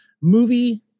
Movie